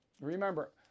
Remember